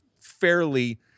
fairly